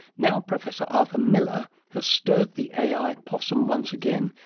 now professor arthur miller has stirred the ai possum once again,